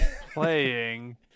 playing